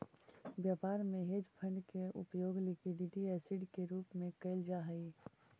व्यापार में hedge fund के उपयोग लिक्विड एसिड के रूप में कैल जा सक हई